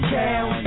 down